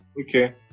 okay